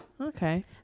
Okay